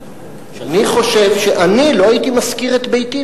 אני חושב שאני לא הייתי משכיר את ביתי לערבי.